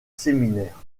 séminaire